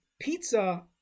pizza